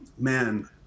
Man